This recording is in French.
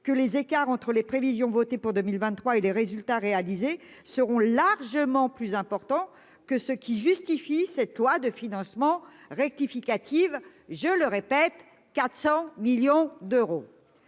que les écarts entre les prévisions voté pour 2023 et les résultats réalisés seront largement plus important que ce qui justifie cette loi de financement rectificative, je le répète 400 millions d'euros.